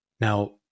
now